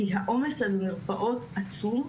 כי העומס על המרפאות עצום.